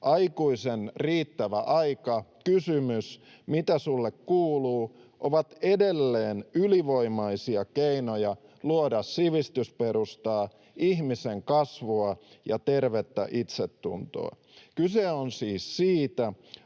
aikuisen riittävä aika, kysymys ”mitä sulle kuuluu” ovat edelleen ylivoimaisia keinoja luoda sivistysperustaa, ihmisen kasvua ja tervettä itsetuntoa. Kyse on siis siitä,